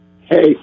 Hey